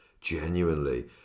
genuinely